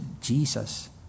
Jesus